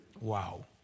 Wow